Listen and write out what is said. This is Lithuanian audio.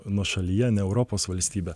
nuošalyje ne europos valstybę